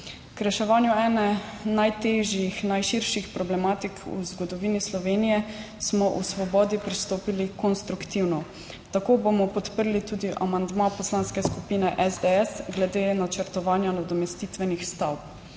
K reševanju ene najtežjih, najširših problematik v zgodovini Slovenije smo v Svobodi pristopili konstruktivno. Tako bomo podprli tudi amandma Poslanske skupine SDS glede načrtovanja nadomestitvenih stavb.